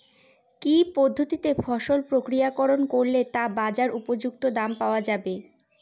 কি পদ্ধতিতে ফসল প্রক্রিয়াকরণ করলে তা বাজার উপযুক্ত দাম পাওয়া যাবে?